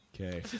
Okay